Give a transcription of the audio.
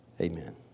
Amen